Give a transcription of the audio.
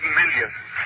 millions